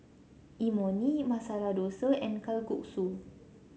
Imoni Masala Dosa and Kalguksu